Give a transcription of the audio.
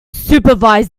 supervise